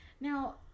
now